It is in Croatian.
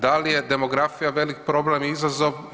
Da li je demografija velik problem i izazov?